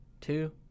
two